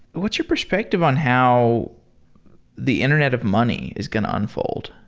what's your perspective on how the internet of money is going to unfold?